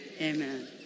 Amen